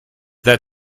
that